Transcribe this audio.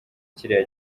kiriya